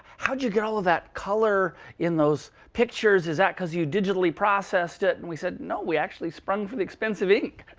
how did you get all of that color in those pictures? is that because you digitally processed it? and we said, no, we actually sprung for the expensive ink.